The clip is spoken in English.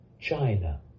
China